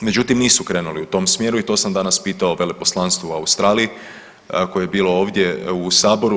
Međutim, nisu krenuli u tom smjeru i to sam danas pitao veleposlanstvo u Australiji koje je bilo ovdje u Saboru.